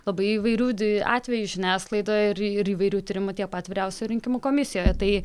labai įvairių atvejų žiniasklaidoje ir ir įvairių tyrimų tiek pat vyriausioje rinkimų komisijoje tai